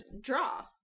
draw